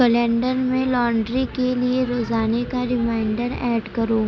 calendar میں laundry کے لیے روزانے کا ریمایٔنڈر ایڈ کرو